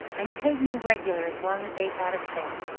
and paid me regular as long as they had a cent.